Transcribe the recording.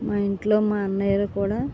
మా ఇంట్లో మా అన్నయ్యలు కూడా